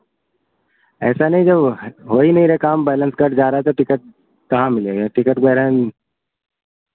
ऐसा नहीं जो हो ही नहीं रहा काम बैलेन्स कट जा रहा है तो टिकट कहाँ मिलेगा टिकट कह रहा